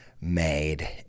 made